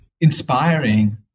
inspiring